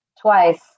twice